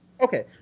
Okay